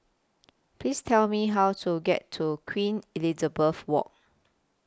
Please Tell Me How to get to Queen Elizabeth Walk